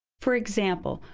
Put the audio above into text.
for example,